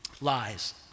lies